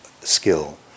skill